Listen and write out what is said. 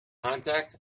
contact